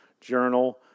journal